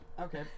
Okay